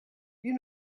you